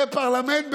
זה פרלמנט במיטבו.